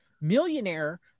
millionaire